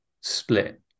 split